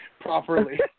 properly